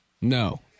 No